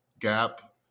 gap